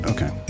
Okay